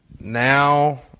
Now